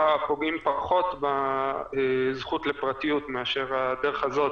פוגעים פחות בזכות לפרטיות מאשר הדרך הזאת,